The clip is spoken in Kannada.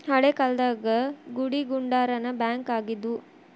ಹಳೇ ಕಾಲ್ದಾಗ ಗುಡಿಗುಂಡಾರಾನ ಬ್ಯಾಂಕ್ ಆಗಿದ್ವು